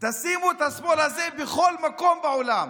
תשימו את השמאל הזה בכל מקום בעולם,